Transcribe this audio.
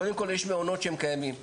קודם כל יש מעונות שהם קיימים,